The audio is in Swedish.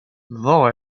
vad